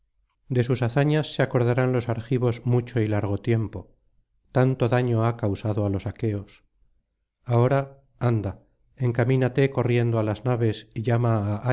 de sus hazañas se acordarán los argivos mucho y largo tiempo tanto daño ha causado á los aqueos ahora anda encamínate corriendo á las naves y llama